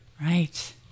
Right